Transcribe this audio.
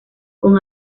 con